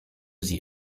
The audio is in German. sie